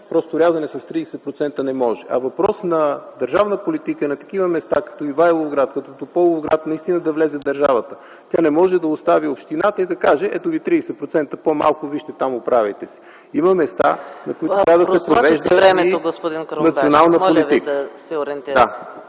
Просто, рязане с 30%, не може. Въпрос на държавна политика е на такива места като Ивайловград, като Тополовград наистина да влезе държавата. Тя не може да остави общината и да каже: „Ето ви 30% по-малко, вижте там, оправяйте се!” Има места, на които трябва да се провежда и национална политика.